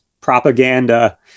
propaganda